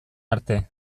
arte